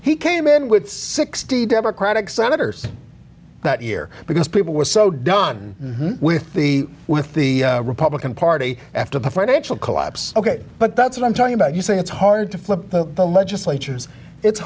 he came in with sixty democratic senators that year because people were so done with the with the republican party after the financial collapse ok but that's what i'm talking about you say it's hard to flip the legislatures it's